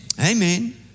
Amen